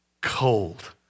cold